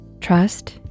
Trust